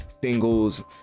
singles